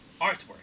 Artwork